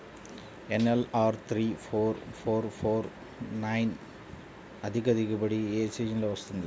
NLR three four four four nine అధిక దిగుబడి ఏ సీజన్లలో వస్తుంది?